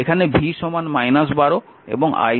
এখানে V 12 এবং I 16 ampere